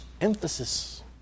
emphasis